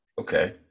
Okay